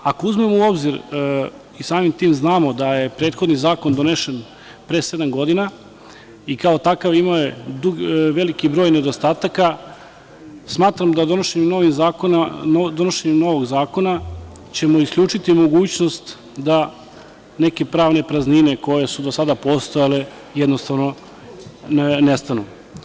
Ako uzmemo u obzir i samim tim znamo da je prethodni zakon donesen pre sedam godina i kao takav imao je veliki broj nedostataka, smatram da donošenjem novog zakona ćemo isključiti mogućnost da neke pravne praznine koje su do sada postojale jednostavno nestanu.